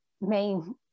main